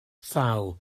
thaw